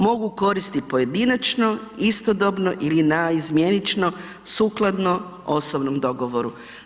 Mogu koristiti pojedinačno, istodobno ili naizmjenično sukladno osobnom dogovoru.